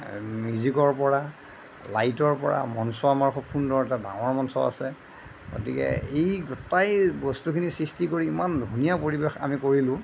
মিউজিকৰ পৰা লাইটৰ পৰা মঞ্চ আমাৰ খুব সুন্দৰ এটা ডাঙৰ মঞ্চ আছে গতিকে এই গোটেই বস্তুখিনি সৃষ্টি কৰি ইমান ধুনীয়া পৰিৱেশ আমি কৰিলোঁ